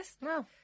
No